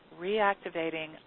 reactivating